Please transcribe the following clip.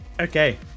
Okay